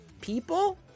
people